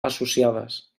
associades